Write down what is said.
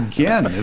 Again